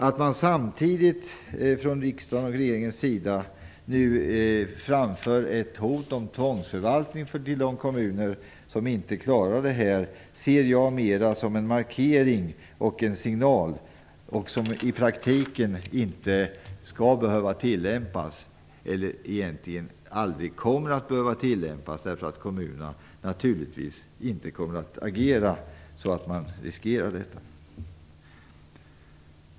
Att man samtidigt från riksdagens och regeringens sida framför ett hot om tvångsförvaltning av de kommuner som inte klarar kraven ser jag mera som en markering och en signal som i praktiken aldrig kommer att behöva tillämpas därför att kommunerna naturligtvis inte kommer att agera så att de riskerar det.